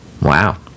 Wow